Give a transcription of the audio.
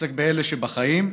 עוסק באלה שבחיים,